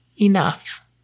enough